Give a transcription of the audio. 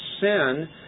sin